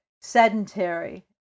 sedentary